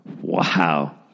Wow